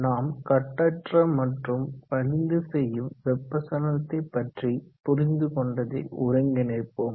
நாம் கட்டற்ற மற்றும் வலிந்து செய்யும் வெப்ப சலனத்தை பற்றி புரிந்து கொண்டதை ஒருங்கிணைப்போம்